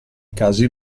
casi